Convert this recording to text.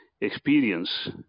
experience